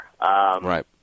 Right